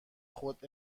خود